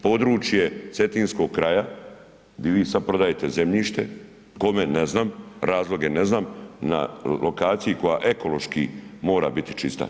Područje Cetinskog kraja, gdje vi sada prodajete zemljište, kome ne znam, razloge ne znam, na lokaciji koja ekološki mora biti čista.